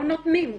לא נותנים.